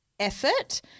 Effort